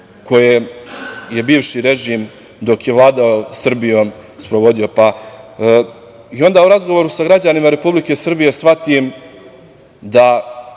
koje je bivši režim, dok je vladao Srbijom, sprovodio? Onda u razgovoru sa građanima Republike Srbije shvatim da